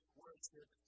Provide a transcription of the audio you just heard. worship